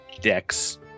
decks